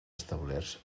establerts